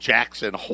Jackson